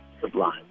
Sublime